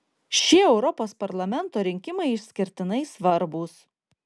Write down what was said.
šie europos parlamento rinkimai išskirtinai svarbūs